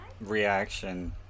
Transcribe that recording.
reaction